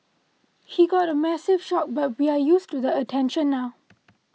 he got a massive shock but we're used to the attention now